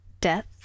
Death